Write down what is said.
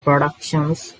productions